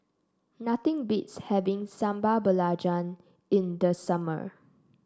nothing beats having Sambal Belacan in the summer